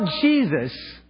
Jesus